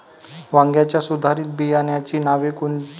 वांग्याच्या सुधारित बियाणांची नावे कोनची?